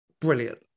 brilliant